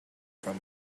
from